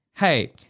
Hey